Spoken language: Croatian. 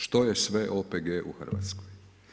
Što je sve OPG u Hrvatskoj?